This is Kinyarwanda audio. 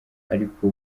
ariko